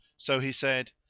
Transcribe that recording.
so he said,